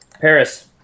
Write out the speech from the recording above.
Paris